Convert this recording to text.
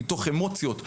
מתוך אמוציות,